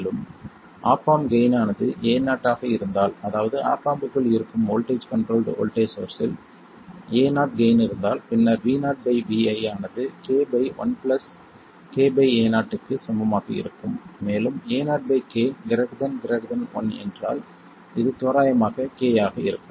மேலும் op amp gain ஆனது Ao ஆக இருந்தால் அதாவது ஆப் ஆம்ப்க்குள் இருக்கும் வோல்ட்டேஜ் கண்ட்ரோல்ட் வோல்ட்டேஜ் சோர்ஸ்ஸில் Ao கெய்ன் இருந்தால் பின்னர் VoVi ஆனது k1 k Ao க்கு சமமாக இருக்கும் மேலும் Aok 1 என்றால் இது தோராயமாக k ஆக இருக்கும்